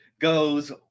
goes